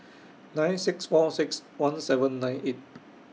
nine six four six one seven nine eight